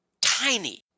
Tiny